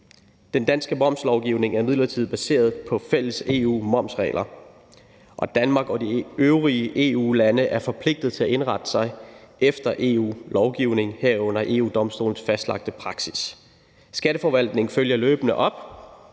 Den danske momslovgivning er imidlertid baseret på fælles EU-momsregler, og Danmark og de øvrige EU-lande er forpligtet til at indrette sig efter EU-lovgivning, herunder EU-Domstolens fastlagte praksis. Skatteforvaltningen følger løbende op